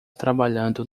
trabalhando